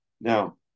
now